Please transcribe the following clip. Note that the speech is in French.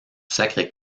sacré